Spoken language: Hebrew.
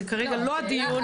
זה כרגע לא הדיון.